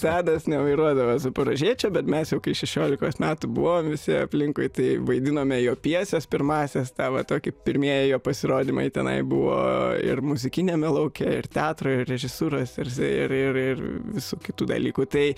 tadas nevairuodavo zaporožiečio bet mes jau kai šešiolikos metų buvom visi aplinkui tai vaidinome jo pjeses pirmąsias tą va tokį pirmieji jo pasirodymai tenai buvo ir muzikiniame lauke ir teatro ir režisūros ir ir ir visų kitų dalykų tai